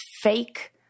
fake